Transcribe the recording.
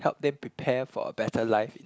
help them prepare for a better life